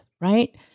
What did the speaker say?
right